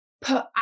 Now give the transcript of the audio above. put